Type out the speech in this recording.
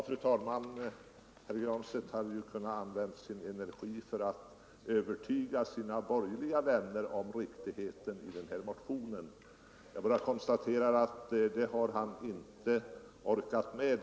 Fru talman! Herr Granstedt hade ju kunnat använda sin energi för att övertyga sina borgerliga vänner om riktigheten i den här motionen. Nr 120 Jag sy konstaterar att den uppgiften har han inte orkat med.